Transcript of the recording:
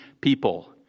people